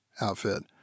outfit